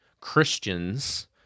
Christians